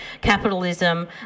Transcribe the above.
capitalism